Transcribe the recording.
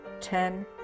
ten